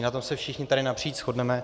Na tom se všichni tady napříč shodneme.